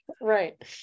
right